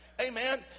Amen